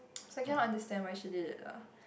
so I cannot understand why she did it lah